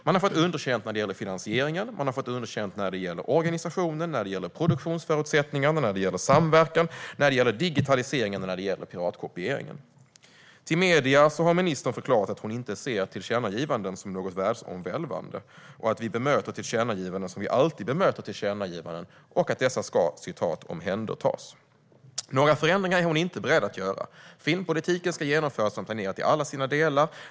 Man fick underkänt när det gäller finansieringen, organisationen, produktionsförutsättningar, samverkan, digitaliseringen och privatkopieringen. Till medierna har ministern förklarat att hon inte ser tillkännagivanden som något världsomvälvande och att man bemöter tillkännagivanden som man alltid har bemött tillkännagivanden och att dessa ska "omhändertas". Några förändringar är hon inte beredd att göra. Filmpolitiken ska genomföras som planerat i alla sina delar.